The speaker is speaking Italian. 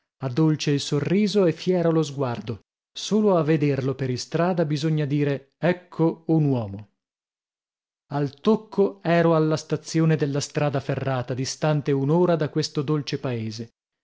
ha dolce il sorriso e fiero lo sguardo solo a vederlo per istrada bisogna dire ecco un uomo al tocco ero alla stazione della strada ferrata distante un'ora da questo dolce paese